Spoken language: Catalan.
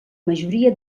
majoria